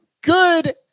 good